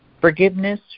Forgiveness